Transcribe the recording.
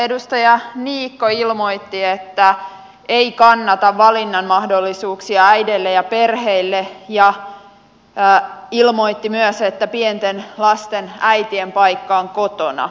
edustaja niikko ilmoitti että ei kannata valinnan mahdollisuuksia äideille ja perheille ja ilmoitti myös että pienten lasten äitien paikka on kotona